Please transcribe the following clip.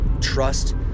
trust